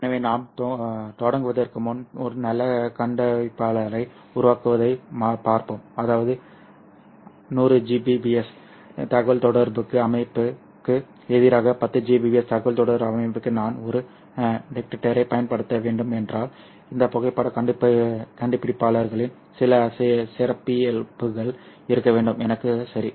எனவே நாம் தொடங்குவதற்கு முன் ஒரு நல்ல கண்டுபிடிப்பாளரை உருவாக்குவதைப் பார்ப்போம் அதாவது 100 Gbps தகவல்தொடர்பு அமைப்புக்கு எதிராக 10 Gbps தகவல்தொடர்பு அமைப்புக்கு நான் ஒரு டிடெக்டரைப் பயன்படுத்த வேண்டும் என்றால் இந்த புகைப்படக் கண்டுபிடிப்பாளர்களின் சில சிறப்பியல்புகள் இருக்க வேண்டும் எனக்கு சரி